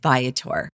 Viator